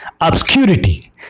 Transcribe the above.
obscurity